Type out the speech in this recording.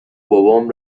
بابام